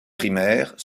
primaires